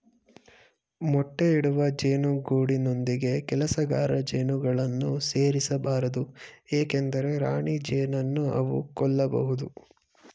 ಮೊಟ್ಟೆ ಇಡುವ ಜೇನು ಗೂಡಿನೊಂದಿಗೆ ಕೆಲಸಗಾರ ಜೇನುಗಳನ್ನು ಸೇರಿಸ ಬಾರದು ಏಕೆಂದರೆ ರಾಣಿಜೇನನ್ನು ಅವು ಕೊಲ್ಲಬೋದು